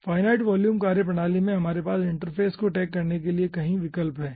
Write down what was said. finite volume कार्यप्रणाली में हमारे पास इंटरफ़ेस को ट्रैक करने के लिए कई विकल्प हैं